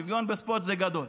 שוויון בספורט זה גדול,